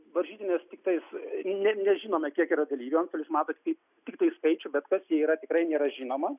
varžytinės tiktais ne nežinome kiek yra dalyvių antstolis mato tiktai tiktai skaičių bet kas jie yra tikrai nėra žinoma